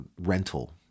rental